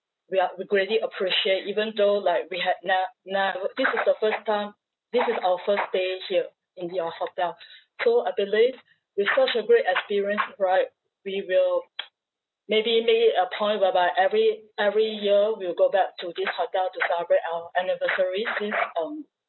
we are we greatly appreciate even though like we had ne~ never this is the first time this is our first stay here in your hotel so I believe with such a great experience right we will maybe make it a point whereby every every year we'll go back to this hotel to celebrate our anniversary since um